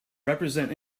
represent